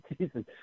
Jesus